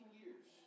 years